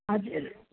हजुर